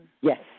Yes